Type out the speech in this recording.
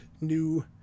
new